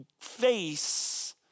face